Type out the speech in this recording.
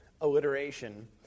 alliteration